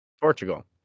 Portugal